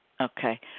Okay